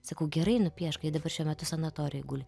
sakau gerai nupiešk ji dabar šiuo metu sanatorijoj guli